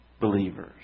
believers